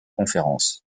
conférences